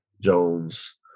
Jones